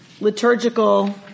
liturgical